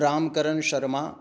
Ramkaran Sharma